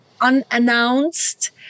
Unannounced